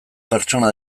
pertsona